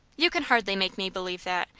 you can hardly make me believe that.